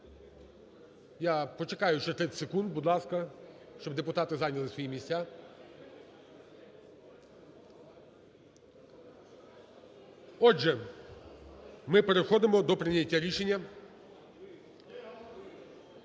Я почекаю ще 30 секунд, будь ласка, щоб депутати зайняли свої місця. Отже, ми переходимо до прийняття рішення.